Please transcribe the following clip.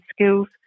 skills